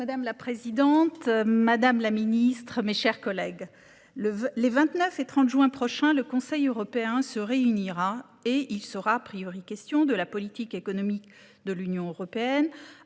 Madame la présidente, madame la secrétaire d'État, mes chers collègues, le 29 et le 30 juin prochain, le Conseil européen se réunira. Il y sera question de la politique économique de l'Union européenne,